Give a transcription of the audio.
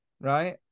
right